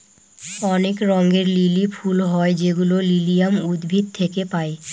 অনেক রঙের লিলি ফুল হয় যেগুলো লিলিয়াম উদ্ভিদ থেকে পায়